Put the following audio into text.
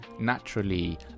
naturally